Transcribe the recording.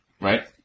Right